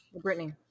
Brittany